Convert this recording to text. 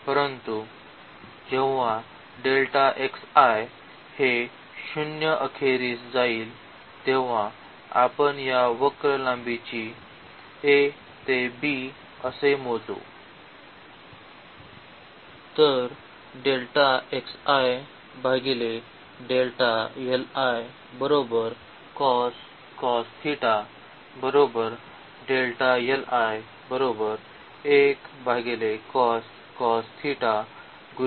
परंतु जेव्हा हे 0 अखेरीस जाईल तेव्हा आपण या वक्र लांबीची a ते b मोजू